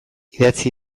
idatzi